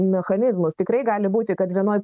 mechanizmus tikrai gali būti kad vienoj